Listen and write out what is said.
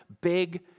big